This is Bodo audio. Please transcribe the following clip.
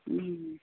उम